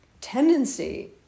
tendency